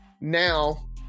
now